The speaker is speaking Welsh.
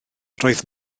roedd